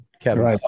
Kevin